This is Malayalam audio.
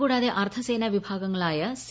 കൂടാതെ അർദ്ധസേന വിഭാഗങ്ങളായ സി